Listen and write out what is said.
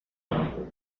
han